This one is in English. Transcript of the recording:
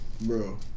Bro